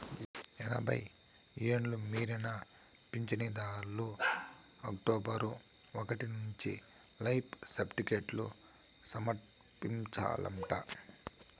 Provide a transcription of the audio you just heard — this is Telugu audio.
ఎనభై ఎండ్లు మీరిన పించనుదార్లు అక్టోబరు ఒకటి నుంచి లైఫ్ సర్టిఫికేట్లు సమర్పించాలంట